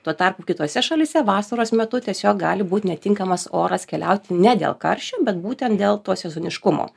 tuo tarpu kitose šalyse vasaros metu tiesiog gali būt netinkamas oras keliauti ne dėl karščio bet būtent dėl to sezoniškumo